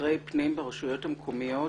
מבקרי פנים ברשויות המקומיות,